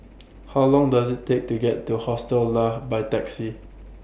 How Long Does IT Take to get to Hostel Lah By Taxi